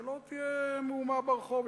שלא תהיה מהומה ברחוב.